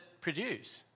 produce